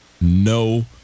no